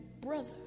brother